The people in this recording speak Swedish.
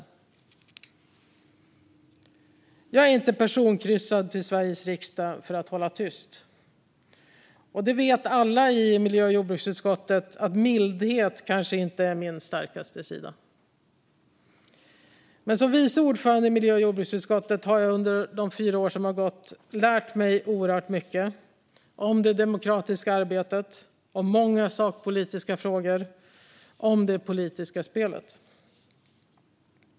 Jag är inte personkryssad till Sveriges riksdag för att hålla tyst. Alla i miljö och jordbruksutskottet vet att mildhet kanske inte är min starkaste sida. Men som vice ordförande i miljö och jordbruksutskottet har jag under de fyra år som har gått lärt mig oerhört mycket om det demokratiska arbetet, om många sakpolitiska frågor, om det politiska spelet.